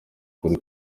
ukuri